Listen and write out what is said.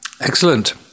Excellent